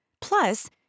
Plus